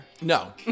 No